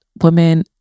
women